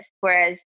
whereas